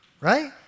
right